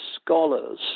scholars